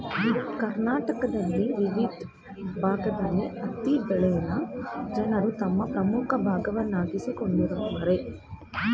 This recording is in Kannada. ಕರ್ನಾಟಕದ ವಿವಿದ್ ಭಾಗ್ದಲ್ಲಿ ಹತ್ತಿ ಬೆಳೆನ ಜನರು ತಮ್ ಪ್ರಮುಖ ಭಾಗವಾಗ್ಸಿಕೊಂಡವರೆ